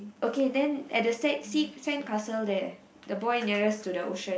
okay then at the sa~ se~ sandcastle there the boy nearest to the ocean